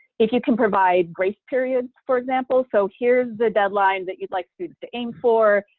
if you can provide grace periods for example so here's the deadline that you'd like students to aim for,